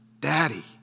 Daddy